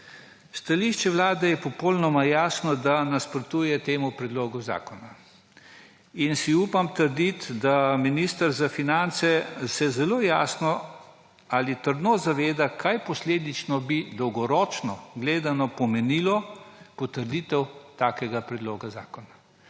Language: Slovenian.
Stališče Vlade je popolnoma jasno, da nasprotuje temu predlogu zakona. Upam si trditi, da se minister za finance zelo jasno ali trdno zaveda, kaj bi posledično, dolgoročno gledano, pomenila potrditev takega predloga zakona.